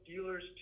dealers